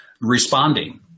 responding